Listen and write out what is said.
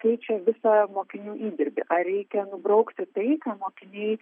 keičia visą mokinių įdirbį ar reikia nubraukti tai ką mokiniai